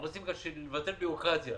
אנחנו רוצים לבטל בירוקרטיה,